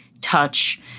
touch